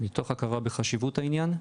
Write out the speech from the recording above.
מתוך הכרה בחשיבות העניין.